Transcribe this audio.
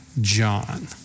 John